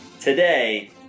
today